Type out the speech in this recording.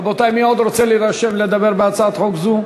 רבותי, מי עוד רוצה להירשם לדבר בהצעת חוק זו?